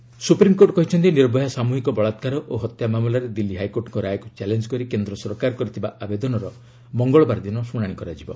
SC Nirbhaya supreme court କହିଛନ୍ତି ନିର୍ଭୟା ସାମୁହିକ ବଳାକାର ଓ ହତ୍ୟା ମାମଲାରେ ଦିଲ୍ଲୀ ହାଇକୋର୍ଟଙ୍କ ରାୟକୁ ଚ୍ୟାଲେଞ୍ଜ କରି କେନ୍ଦ୍ର ସରକାର କରିଥିବା ଆବେଦନର ମଙ୍ଗଳବାର ଦିନ ଶୁଶାଣି କରାଯିବ